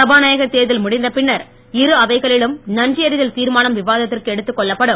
சபாநாயகர் தேர்தல் முடிந்த பின்னர் இரு அவைகளிலும் நன்றியறிதல் தீர்மானம் விவாதத்திற்கு எடுத்துக் கொள்ளப்படும்